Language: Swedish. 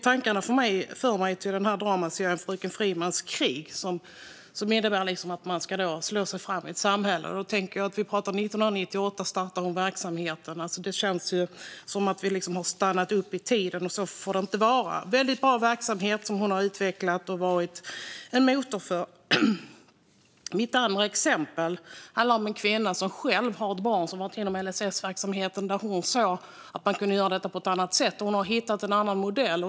Tankarna för mig till dramaserien Fröken Frimans krig , där det handlar om att slå sig fram i samhället. Men här talar vi om en verksamhet som startade 1998. Det känns som om vi har stannat upp i tiden. Så får det inte vara. Det är en väldigt bra verksamhet som hon har utvecklat och varit en motor för. Mitt andra exempel handlar om en kvinna som själv har ett barn inom LSS-verksamheten. Hon såg att man kunde göra detta på ett annat sätt, och hon har hittat en annan modell.